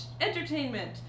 entertainment